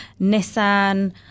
Nissan